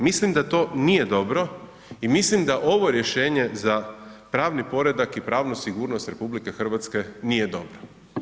Mislim da to nije dobro i mislim da ovo rješenje za pravni poredak i pravnu sigurnost RH nije dobro.